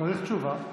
צריך תשובה,